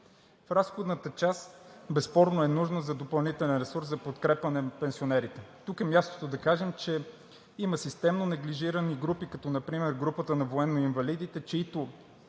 В разходната част – безспорно е нужен и допълнителен ресурс за подкрепа на пенсионерите. Тук е мястото да кажем, че има системно неглижирани групи, като например групата на военноинвалидите, чиито